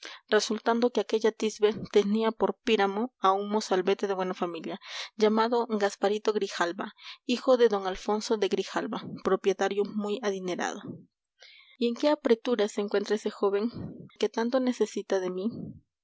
resultando que aquella tisbe tenía por píramo a un mozalbete de buena familia llamado gasparito grijalva hijo de don alfonso de grijalva propietario muy adinerado y en qué apreturas se encuentra ese joven que tanto necesita de mí